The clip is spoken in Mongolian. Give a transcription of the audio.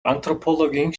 антропологийн